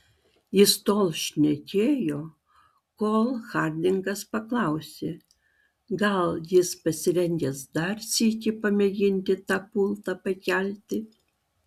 jis tol šnekėjo kol hardingas paklausė gal jis pasirengęs dar sykį pamėginti tą pultą pakelti